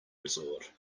resort